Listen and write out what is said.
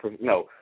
no